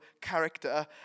character